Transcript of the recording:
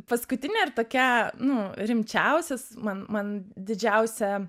paskutinė ir tokia nu rimčiausia man man didžiausia